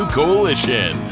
coalition